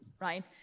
right